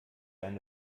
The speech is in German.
eine